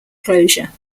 closure